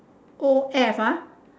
O F ah